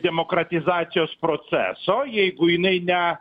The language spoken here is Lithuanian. demokratizacijos proceso jeigu jinai ne